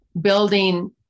building